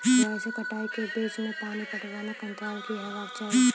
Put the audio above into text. बुआई से कटाई के बीच मे पानि पटबनक अन्तराल की हेबाक चाही?